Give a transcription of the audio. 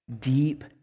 deep